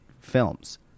films